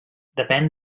depèn